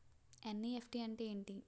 NEFT అంటే ఎంటి?